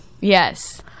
Yes